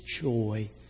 joy